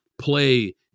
play